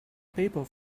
paper